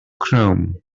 chrome